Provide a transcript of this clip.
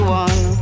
one